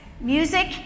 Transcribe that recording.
music